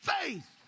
faith